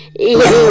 even